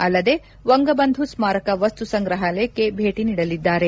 ಅಲ್ಲದೇ ವಂಗಬಂಧು ಸ್ಮಾರಕ ವಸ್ತು ಸಂಗ್ರಹಾಲಯಕ್ಕೆ ಭೇಟ ನೀಡಲಿದ್ದಾರೆ